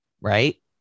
Right